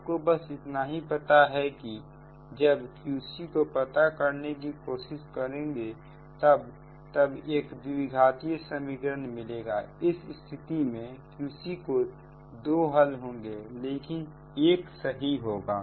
आपको बस इतना ही पता है कि जब Qc को पता लगाने की कोशिश करोगे तभी यह एक द्विघात समीकरण होगा इस स्थिति में Qc के दो हल होंगे लेकिन एक सही होगा